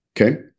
okay